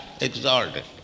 exalted